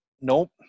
Nope